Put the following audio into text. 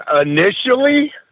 Initially